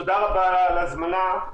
תודה רבה על ההזמנה.